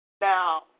Now